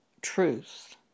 truth